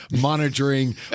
monitoring